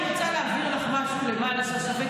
אני רוצה להבהיר לך משהו למען הסר ספק,